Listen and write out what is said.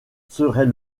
serait